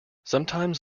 sometimes